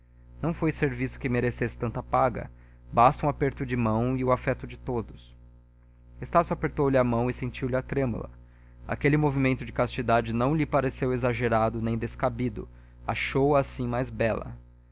não foi serviço que merecesse tanta paga basta um aperto de mão e o afeto de todos estácio apertou-lhe a mão e sentiu lha trêmula aquele movimento de castidade não lhe pareceu exagerado nem descabido achou-a assim mais bela